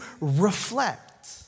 reflect